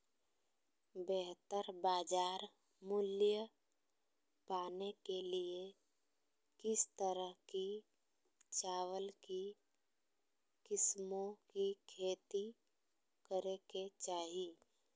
बेहतर बाजार मूल्य पाने के लिए किस तरह की चावल की किस्मों की खेती करे के चाहि?